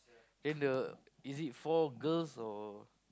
then the is it four girls or